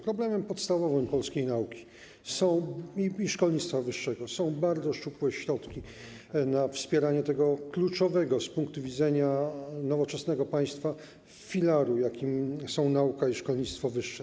Podstawowym problemem polskiej nauki i szkolnictwa wyższego są bardzo szczupłe środki na wspieranie tego kluczowego z punktu widzenia nowoczesnego państwa filaru, jakim są nauka i szkolnictwo wyższe.